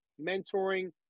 mentoring